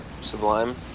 Sublime